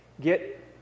get